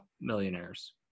millionaires